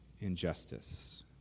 injustice